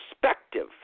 perspective